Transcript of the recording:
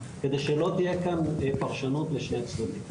כדי שלא תהיה כאן פרשנות לשני הצדדים.